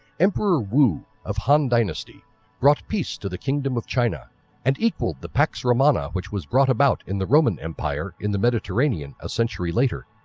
emperor wu of han dynasty brought peace to the kingdom of china and equalled the pax romana which was bought about in the roman empire in the mediterranean a century later.